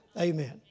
amen